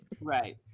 right